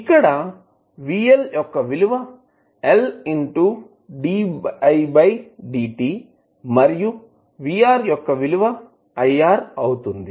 ఇక్కడ మరియు అవుతుంది